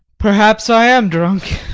perhaps i am drunk,